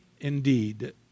indeed